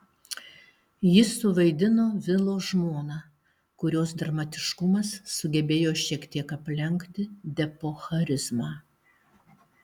ji suvaidino vilo žmoną kurios dramatiškumas sugebėjo šiek tiek aplenkti depo charizmą